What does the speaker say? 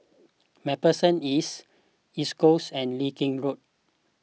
MacPherson East East Coast and Leng Kee Road